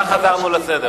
כבר חזר לסדר.